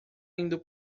indo